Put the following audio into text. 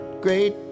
great